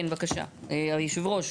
כן, בבקשה, יושב הראש.